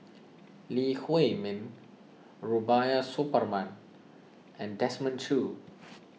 Lee Huei Min Rubiah Suparman and Desmond Choo